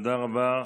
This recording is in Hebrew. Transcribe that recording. תודה רבה.